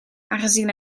aangezien